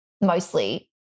mostly